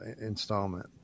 installment